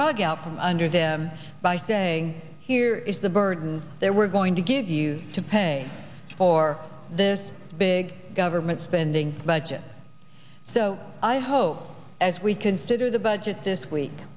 rug out from under them by saying here is the burden there we're going to give you to pay for this big government spending budget so i hope as we consider the budget this week